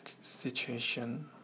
situation